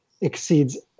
exceeds